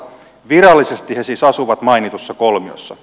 virallisesti he siis asuvat mainitussa kolmiossa